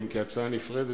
אם כהצעה נפרדת,